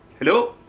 hello